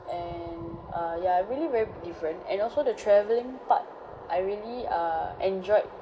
and err ya really very different and also the travelling part I really err enjoyed